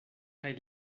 kaj